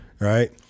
right